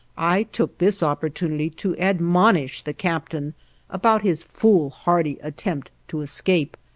i took this opportunity to admonish the captain about his foolhardy attempt to escape,